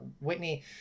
Whitney